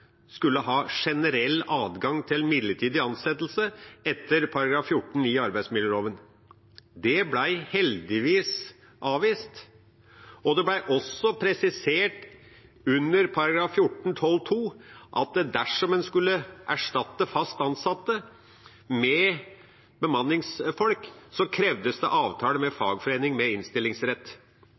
skulle ha generell adgang til midlertidig ansettelse etter § 14 i arbeidsmiljøloven. Det ble heldigvis avvist. Det ble også presisert under § 14-12 at dersom en skulle erstatte fast ansatte med bemanningsfolk, krevde det avtale med fagforening med innstillingsrett.